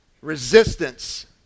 Resistance